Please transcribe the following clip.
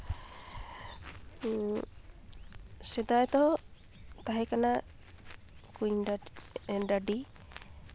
ᱥᱮᱫᱟᱭ ᱫᱚ ᱛᱟᱦᱮᱠᱟᱱᱟ ᱠᱩᱸᱧ ᱰᱟᱹᱰᱤ